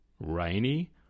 rainy